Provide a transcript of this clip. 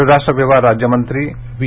परराष्ट्र व्यवहार राज्य मंत्री व्ही